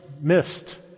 missed